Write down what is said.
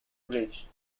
bridge